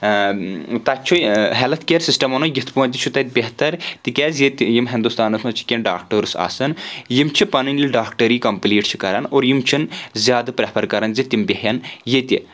تَتھۍ چھُ health care system ونو یِتھ پٲٹھۍ تہِ چھُ تَتہِ بہتر تِکیازِ ییٚتہِ یِم ہندوستانس منٛز چھِ کینٛہہ ڈاکٹٲرٕس آسان یِم چھِ پنٕنۍ ییٚلہِ ڈاکٹری کمپلیٖٹ چھِ کرَان اور یِم چھِنہٕ زیادٕ پرِیٚفَر کرَان زِ تِم بیٚہوان ییٚتہِ